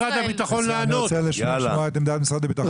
אני רוצה לשמוע את עמדת משרד הביטחון.